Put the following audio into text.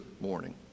morning